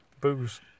Booze